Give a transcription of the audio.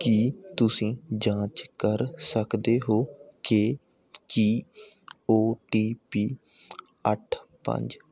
ਕੀ ਤੁਸੀਂ ਜਾਂਚ ਕਰ ਸਕਦੇ ਹੋ ਕਿ ਕੀ ਓ ਟੀ ਪੀ ਅੱਠ ਪੰਜ